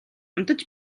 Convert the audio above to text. унтаж